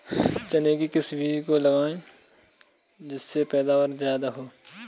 चने के किस बीज को लगाएँ जिससे पैदावार ज्यादा हो?